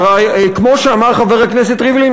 כמו שאמר חבר הכנסת ריבלין,